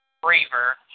Braver